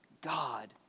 God